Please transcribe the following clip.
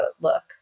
look